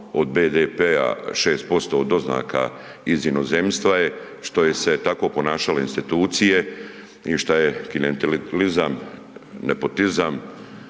od BDP-a 6% od doznaka iz inozemstva je što je se tako ponašale institucije i šta je klijantelizam, nepotizam